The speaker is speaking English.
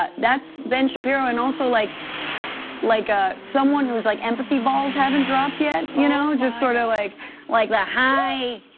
but that's ben shapiro, and also like like ah someone whose like empathy balls haven't dropped yet. you know just sort of like like the high,